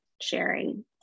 sharing